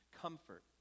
comfort